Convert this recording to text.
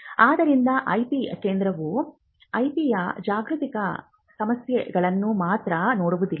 ಆದ್ದರಿಂದ ಐಪಿ ಕೇಂದ್ರವು ಐಪಿಯ ಜಾಗೃತಿ ಸಮಸ್ಯೆಗಳನ್ನು ಮಾತ್ರ ನೋಡುವುದಿಲ್ಲ